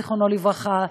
זיכרונו לברכה,